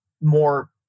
more